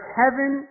heaven